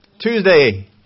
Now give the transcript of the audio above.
Tuesday